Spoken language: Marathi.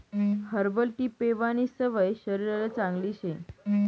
हर्बल टी पेवानी सवय शरीरले चांगली शे